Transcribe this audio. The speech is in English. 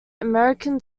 american